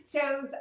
chose